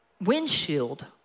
windshield